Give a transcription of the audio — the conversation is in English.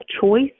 choice